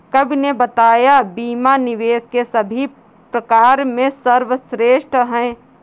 कवि ने बताया बीमा निवेश के सभी प्रकार में सर्वश्रेष्ठ है